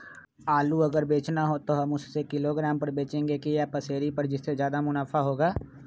आलू अगर बेचना हो तो हम उससे किलोग्राम पर बचेंगे या पसेरी पर जिससे ज्यादा मुनाफा होगा?